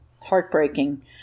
heartbreaking